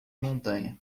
montanha